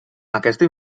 aquesta